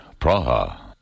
Praha